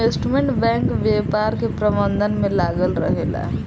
investment bank व्यापार के प्रबंधन में लागल रहेला